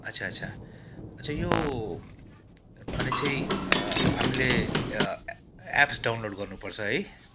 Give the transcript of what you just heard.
अच्छा अच्छा चाहिँ यो माने चाहिँ हा हामीले एप्स डाउनलोड गर्नुपर्छ है